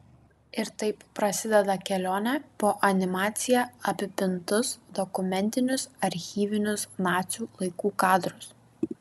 ir taip prasideda kelionė po animacija apipintus dokumentinius archyvinius nacių laikų kadrus